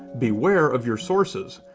beware of your sources.